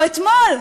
או אתמול,